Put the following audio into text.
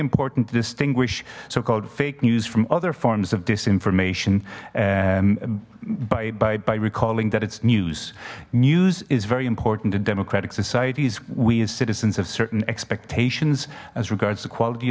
important to distinguish so called fake news from other forms of disinformation and by recalling that it's news news is very important in democratic societies we as citizens of certain expectations as regards the quality